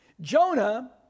Jonah